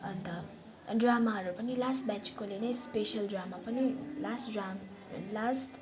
अन्त ड्रामाहरू पनि लास्ट ब्याचकोले नै स्पेसल ड्रामा पनि लास्ट ड्रा लास्ट